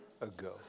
ago